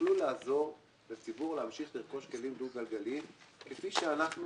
שיוכלו לעזור לציבור להמשיך לרכוש כלים דו גלגליים כפי שאנחנו